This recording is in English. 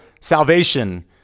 salvation